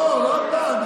לא, לא אתה.